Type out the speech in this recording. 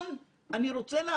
ולא תמיד הכנסת,